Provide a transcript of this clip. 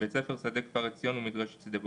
בית ספר שדה כפר עציון ומדרשת שדה בוקר.